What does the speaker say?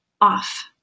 off